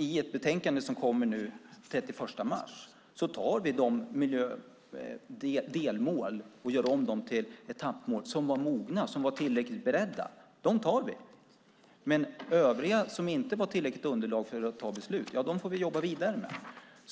I ett betänkande som kommer den 31 mars tar vi de delmål som är mogna och tillräckligt beredda och gör om dem till etappmål. Men övriga, som vi inte har tillräckligt underlag för att fatta beslut om, får vi jobba vidare med.